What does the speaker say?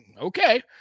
okay